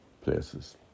places